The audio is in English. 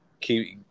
keep